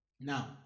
Now